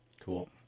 Cool